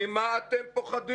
ממה אתם פוחדים?